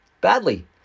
badly